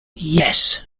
yes